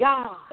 God